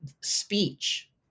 speech